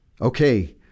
okay